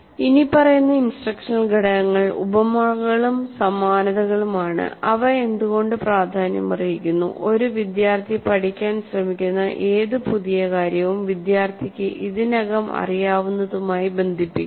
ഇനിപ്പറയുന്ന ഇൻസ്ട്രക്ഷണൽ ഘടകങ്ങൾ "ഉപമകളും സമാനതകളും" ആണ് അവ എന്തുകൊണ്ട് പ്രാധാന്യമർഹിക്കുന്നു ഒരു വിദ്യാർത്ഥി പഠിക്കാൻ ശ്രമിക്കുന്ന ഏത് പുതിയ കാര്യവും വിദ്യാർത്ഥിക്ക് ഇതിനകം അറിയാവുന്നതുമായി ബന്ധിപ്പിക്കണം